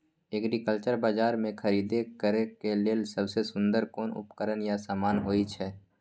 Agriculture बाजार में खरीद करे के लेल सबसे सुन्दर कोन उपकरण या समान होय छै?